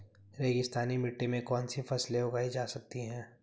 रेगिस्तानी मिट्टी में कौनसी फसलें उगाई जा सकती हैं?